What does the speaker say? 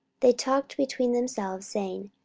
they talked between themselves, saying,